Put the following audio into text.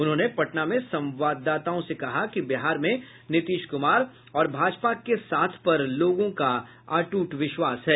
उन्होंने पटना में संवाददाताओं से कहा कि बिहार में नीतीश कुमार और भाजपा के साथ पर लोगों का अटूट विश्वास है